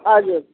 हजुर